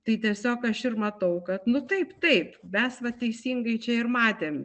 tai tiesiog aš ir matau kad nu taip taip mes va teisingai čia ir matėm